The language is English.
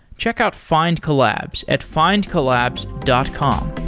check out findcollabs at findcollabs dot com